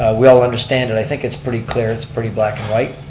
ah we all understand it. i think it's pretty clear, it's pretty black and white.